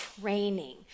training